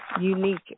Unique